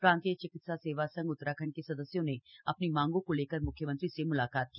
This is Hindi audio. प्रान्तीय चिकित्सा सेवा संघ उत्तराखण्ड के सदस्यों ने अपनी मांगों को लेकर मुख्यमंत्री से म्लाकात की